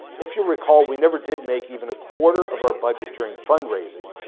if you'll recall, we never did make even a quarter of our budget during fund raising,